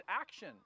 action